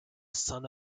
son